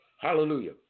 Hallelujah